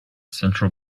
central